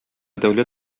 дәүләт